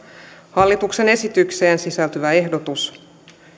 hallituksen esitykseen sisältyvä ehdotus